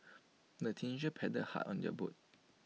the teenagers paddled hard on their boat